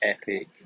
epic